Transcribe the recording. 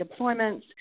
deployments